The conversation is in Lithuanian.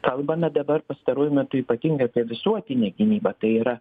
kalbame dabar pastaruoju metu ypatingai apie visuotinę gynybą tai yra